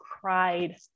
cried